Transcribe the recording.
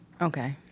Okay